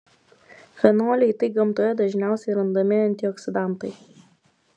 fenoliai tai gamtoje dažniausiai randami antioksidantai